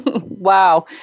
Wow